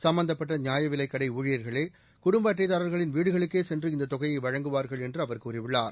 சம்பந்தப்பட்ட நியாயவிலைக் கடை ஊழியர்களே குடும்ப அட்டைதாரர்களின் வீடுகளுக்கேச் சென்று இந்த தொகையை வழங்குவார்கள் என்று அவர் கூறியுள்ளார்